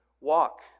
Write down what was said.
walk